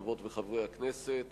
חברות וחברי הכנסת,